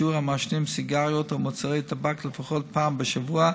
שיעור המעשנים סיגריות או מוצרי טבק לפחות פעם בשבוע